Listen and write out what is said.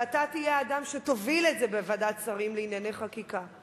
ואתה תהיה האדם שיוביל את זה בוועדת שרים לענייני חקיקה.